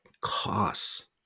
costs